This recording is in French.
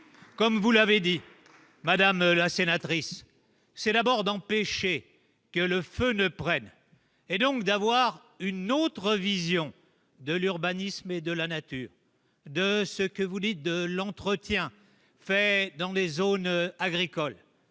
comme vous l'avez dit, Madame la sénatrice, c'est la mort d'empêcher que le feu ne prennent, et donc d'avoir une autre vision de l'urbanisme et de la nature de ce que vous dites de l'entretien fait dans les zones agricoles,